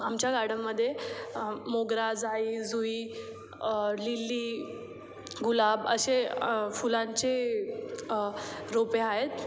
आमच्या गार्डनमध्ये मोगरा जाई जुई लिली गुलाब असे फुलांचे रोपे आहेत